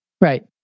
Right